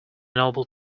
nobel